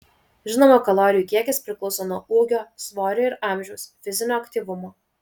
žinoma kalorijų kiekis priklauso nuo ūgio svorio ir amžiaus fizinio aktyvumo